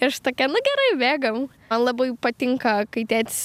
ir aš tokia nu gerai bėgam labai patinka kai tėtis